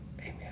Amen